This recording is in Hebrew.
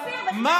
מי?